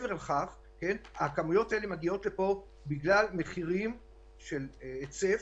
הכמויות האלה מגיעות לפה בגלל מחירי היצף,